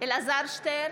אלעזר שטרן,